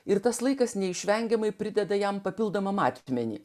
ir tas laikas neišvengiamai prideda jam papildomą matmenį